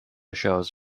shows